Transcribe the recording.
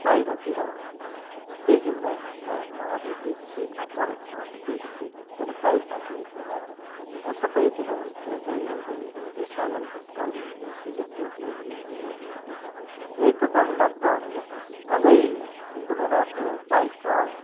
बाहिरतिर देखिँदैन प्रायः प्रायः अझै बिच सिटमा परेको छ भने त केही पनि देख्दैन तर बाइकमा चाहिँ एकप्रकार सबैतिर हर्दै हर्दै हिँड्यो दृश्य अवलोकन गर्दै हिँड्यो सिनिक ब्युटीहरू हर्दै हर्दै हिँड्यो एकप्रकारको मज्जा आउँछ क्या अझै एकदमै राम्रो बाइकको अवस्